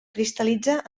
cristal·litza